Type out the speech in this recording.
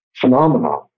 phenomenon